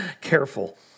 Careful